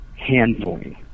handling